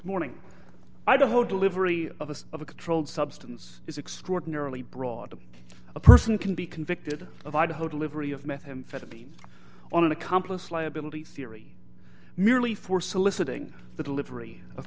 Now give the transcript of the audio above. morning idaho delivery of us of a controlled substance is extraordinarily broad a person can be convicted of idaho delivery of methamphetamine on an accomplice liability theory merely for soliciting the delivery of